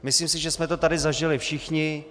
Myslím si, že jsme tady zažili všichni.